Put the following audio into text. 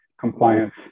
compliance